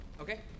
Okay